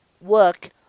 work